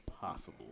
possible